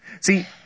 See